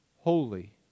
holy